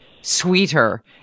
sweeter